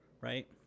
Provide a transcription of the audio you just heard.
right